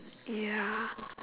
ya